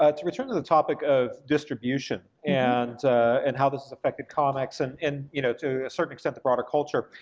ah to return to the topic of distribution, and and how this has affected comics, and and you know to a certain extent the broader culture,